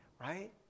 right